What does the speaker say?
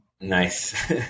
Nice